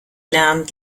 lernt